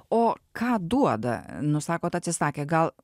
o ką duoda nu sakot atsisakė gal